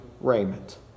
raiment